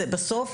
בסוף,